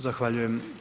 Zahvaljujem.